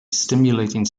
stimulating